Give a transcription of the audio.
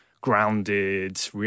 grounded